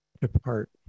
depart